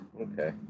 Okay